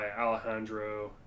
Alejandro